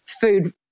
food